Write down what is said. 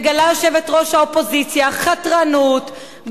מגלה יושבת-ראש האופוזיציה חתרנות,